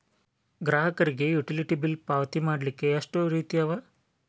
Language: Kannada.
ಗ್ರಾಹಕರಿಗೆ ಯುಟಿಲಿಟಿ ಬಿಲ್ ಪಾವತಿ ಮಾಡ್ಲಿಕ್ಕೆ ಎಷ್ಟ ರೇತಿ ಅವ?